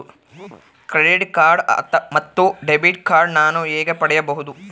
Credit card ಮತ್ತು debit card ನಾನು ಹೇಗೆ ಪಡೆಯಬಹುದು?